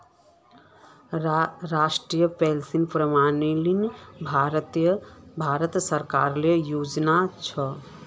राष्ट्रीय पेंशन प्रणाली भारत सरकारेर योजना छ